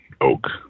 oak